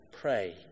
pray